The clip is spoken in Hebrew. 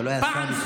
אבל לא היה שר מש"ס.